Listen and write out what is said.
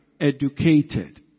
educated